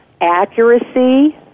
accuracy